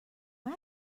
mai